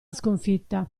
sconfitta